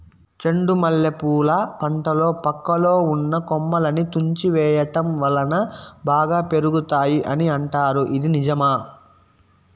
చెండు మల్లె పూల పంటలో పక్కలో ఉన్న కొమ్మలని తుంచి వేయటం వలన బాగా పెరుగుతాయి అని అంటారు ఇది నిజమా?